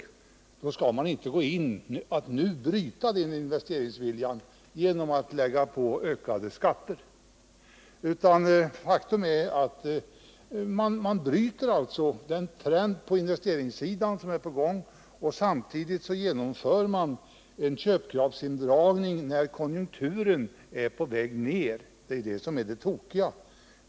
Man skall inte gå in nu och motverka den genom att lägga på ökade skatter. Faktum är att man bryter den trend på investeringssidan som är på gång och samtidigt genomför en köpkraftsindragning när konjunkturen är på väg ner. Det är detta som är det tokiga.